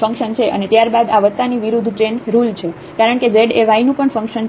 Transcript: function છે અને ત્યારબાદ આ વત્તા ની વિરૃદ્ધ ચેન રુલ છે કારણ કે z એ y નું પણ ફંક્શન છે